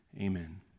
Amen